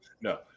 no